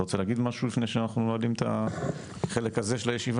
אתה רוצה להגיד משהו לפני שאנחנו נועלים את החלק הזה של הישיבה?